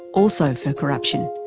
also for corruption,